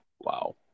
Wow